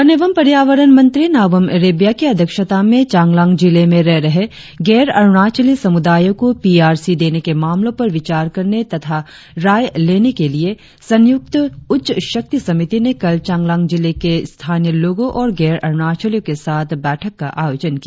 one एवं पर्यावरण मंत्री नाबम रेबिया की अध्यक्षता में चांगलांग जिले में रह रहे गैर अरुणाचली समुदायों को पी आर सी देने के मामलो पर विचार करने तथा राय लेने के लिए संयुक्त उच्च शक्ति समिति ने कल चांगलांग जिले के स्थानीय लोगों और गैर अरुणाचलियों के साथ बैठक का आयोजन किया